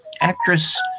Actress